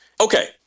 Okay